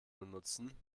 benutzen